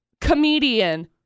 comedian